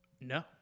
No